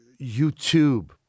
YouTube